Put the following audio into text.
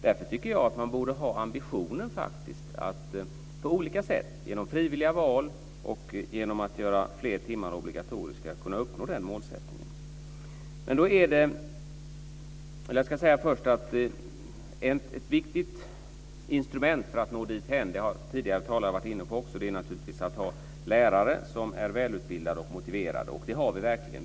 Därför tycker jag att man borde ha ambitionen att på olika sätt genom frivilliga val och genom att göra fler timmar obligatoriska uppnå den målsättningen. Ett viktigt instrument för att nå dithän - det har också tidigare talare varit inne på - är naturligtvis att ha lärare som är välutbildade och motiverade. Det har vi verkligen.